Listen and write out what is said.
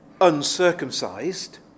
uncircumcised